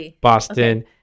Boston